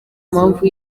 mpamvu